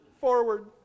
forward